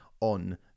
on